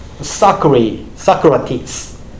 Socrates